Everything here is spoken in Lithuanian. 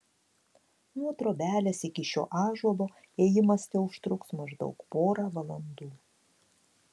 nuo trobelės iki šio ąžuolo ėjimas teužtruks maždaug porą valandų